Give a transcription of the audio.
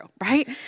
right